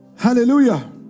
Hallelujah